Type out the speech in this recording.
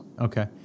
Okay